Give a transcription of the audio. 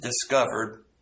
discovered